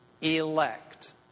elect